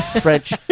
french